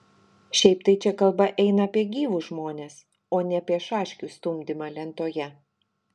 šiaip tai čia kalba eina apie gyvus žmones o ne apie šaškių stumdymą lentoje